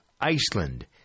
Iceland